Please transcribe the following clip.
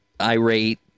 irate